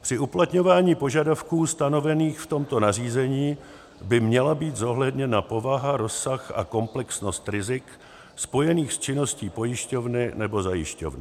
Při uplatňování požadavků stanovených v tomto nařízení by měla být zohledněna povaha, rozsah a komplexnost rizik spojených s činností pojišťovny nebo zajišťovny.